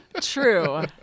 True